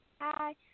Hi